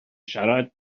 siarad